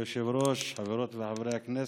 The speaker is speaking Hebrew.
כבוד היושב-ראש, חברות וחברי הכנסת,